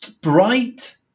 bright